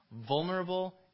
vulnerable